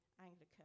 Anglican